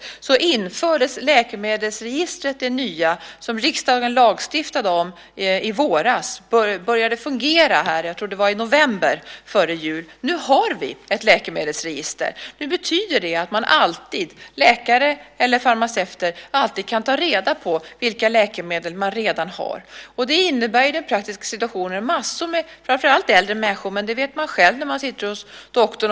Det nya läkemedelsregistret som riksdagen lagstiftade om infördes i våras. Jag tror att det började fungera i november före jul. Nu har vi ett läkemedelsregister. Det betyder att läkare eller farmaceuter alltid kan ta reda på vilka läkemedel personen redan har. Det innebär i den praktiska situationen en förbättring för mängder av framför äldre människor. Men man vet själv hur det är när man sitter hos doktorn.